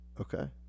Okay